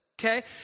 okay